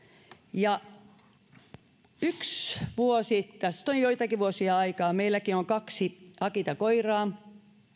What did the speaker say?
ja yksi vuosi tästä on joitakin vuosia aikaa meilläkin on kaksi akita koiraa